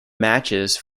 matches